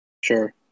sure